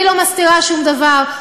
אני לא מסתירה שום דבר.